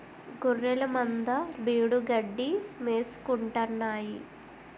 గొఱ్ఱెలమంద బీడుగడ్డి మేసుకుంటాన్నాయి